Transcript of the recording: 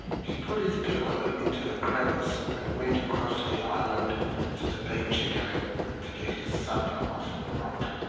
he put his pillow into the crevice and went across the island to the beach again to get his supper off the rock.